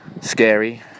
scary